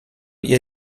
ihr